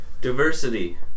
Diversity